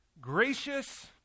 gracious